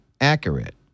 accurate